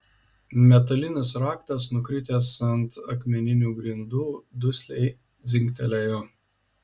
metalinis raktas nukritęs ant akmeninių grindų dusliai dzingtelėjo